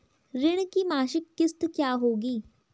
ऋण की मासिक किश्त क्या होगी?